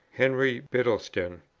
henry bittleston,